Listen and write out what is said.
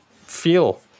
feel